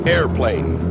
Airplane